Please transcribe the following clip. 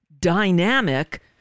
dynamic